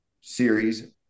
series